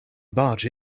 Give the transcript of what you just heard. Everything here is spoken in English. barge